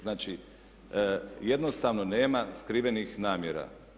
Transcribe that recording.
Znači jednostavno nema skrivenih namjera.